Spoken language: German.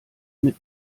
mit